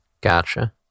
Gotcha